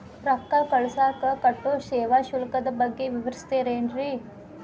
ರೊಕ್ಕ ಕಳಸಾಕ್ ಕಟ್ಟೋ ಸೇವಾ ಶುಲ್ಕದ ಬಗ್ಗೆ ವಿವರಿಸ್ತಿರೇನ್ರಿ?